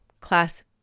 Class